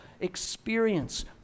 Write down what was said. experience